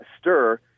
stir